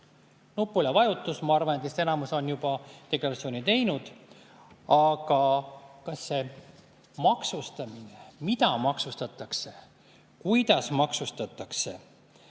nupule vajutus. Ma arvan, et enamus on juba deklaratsiooni teinud. Aga [kas on selge], mida maksustatakse, kuidas maksustatakse,